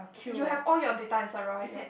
you have all your data inside right your